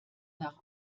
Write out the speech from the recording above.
nach